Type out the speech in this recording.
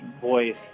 voice